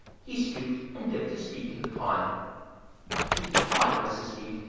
he stooped and dipped his beak in the pond he thought it was his beak,